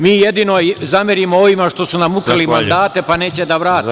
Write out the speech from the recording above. Mi jedino zamerimo ovima što su nam ukrali mandate pa neće da vrate.